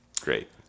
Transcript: Great